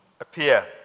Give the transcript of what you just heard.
appear